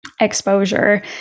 Exposure